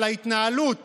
אבל ההתנהלות